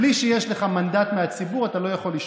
בלי שיש לך מנדט מהציבור אתה לא יכול לשלוט.